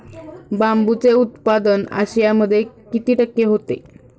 बांबूचे उत्पादन आशियामध्ये किती टक्के होते?